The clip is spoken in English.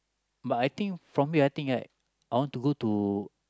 but I think from here right I want to go to